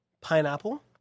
Pineapple